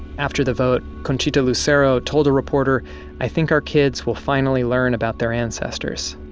after the vote, conchita lucero told a reporter i think our kids will finally learn about their ancestors.